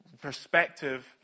perspective